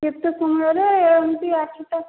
କେତେ ସମୟରେ ଏମିତି ଆଠଟା